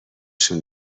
شون